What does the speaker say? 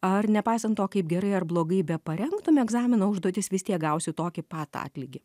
ar nepaisant to kaip gerai ar blogai be parengtum egzamino užduotis vis tiek gausi tokį pat atlygį